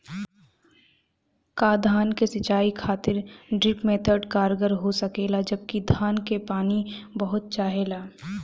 का धान क सिंचाई खातिर ड्रिप मेथड कारगर हो सकेला जबकि धान के पानी बहुत चाहेला?